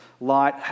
Light